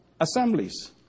assemblies